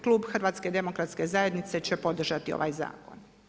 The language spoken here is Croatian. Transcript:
Klub HDZ-a će podržati ovaj zakon.